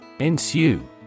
Ensue